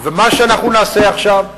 ומה שאנחנו נעשה עכשיו,